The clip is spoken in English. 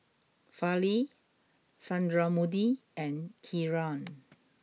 Fali Sundramoorthy and Kiran